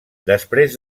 després